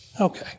Okay